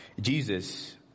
Jesus